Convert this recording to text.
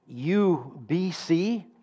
UBC